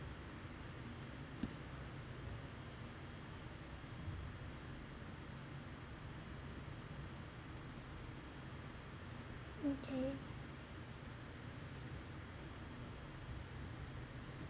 okay